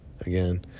again